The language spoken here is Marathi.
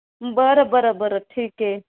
बरं बरं बरं ठीक आहे